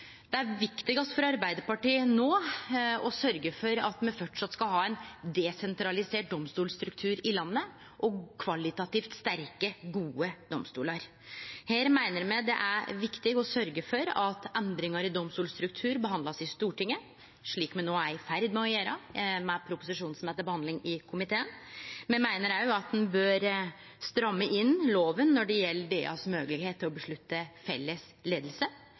Det er no viktigast for Arbeidarpartiet å sørgje for at me fortsatt skal ha ein desentralisert domstolstruktur i landet og kvalitativt sterke, gode domstolar. Her meiner me det er viktig å sørgje for at endringar i domstolstruktur blir behandla i Stortinget, slik me er i ferd med å gjere med proposisjonen som er til behandling i komiteen. Me meiner òg at ein bør stramme inn loven når det gjeld DAs moglegheit til å avgjere felles